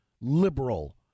liberal